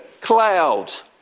clouds